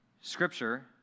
Scripture